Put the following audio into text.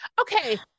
Okay